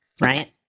right